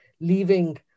leaving